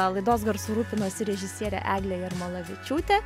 laidos garsu rūpinosi režisierė eglė jarmalavičiūtė